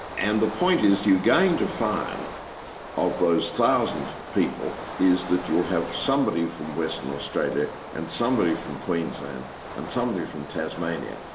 and the point is, you're going to find of those thousand people is that you'll have somebody from western australia and somebody from queensland and somebody from tasmania,